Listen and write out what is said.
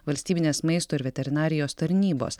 valstybinės maisto ir veterinarijos tarnybos